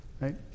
right